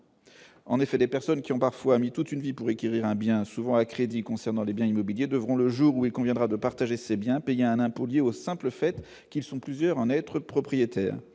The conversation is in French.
en effet, des personnes qui ont parfois mis toute une vie pour écrire un bien souvent à crédit concernant les biens immobiliers devront le jour où il conviendra de partager c'est bien payer un impôt lié au simple fait qu'ils sont plusieurs, en être propriétaire